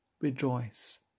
rejoice